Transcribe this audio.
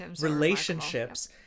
relationships